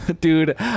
Dude